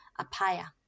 Apaya